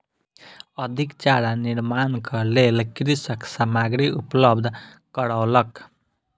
अधिक चारा निर्माणक लेल कृषक सामग्री उपलब्ध करौलक